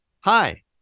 hi